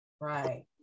Right